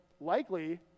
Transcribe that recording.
likely